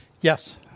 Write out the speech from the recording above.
Yes